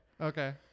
Okay